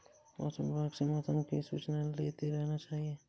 मौसम विभाग से मौसम की सूचना लेते रहना चाहिये?